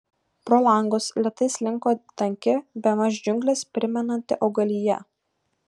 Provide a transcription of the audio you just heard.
pro langus lėtai slinko tanki bemaž džiungles primenanti augalija